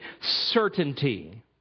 certainty